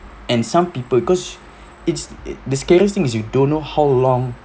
and some people cause it's the scariest thing is you don't know how long